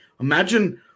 Imagine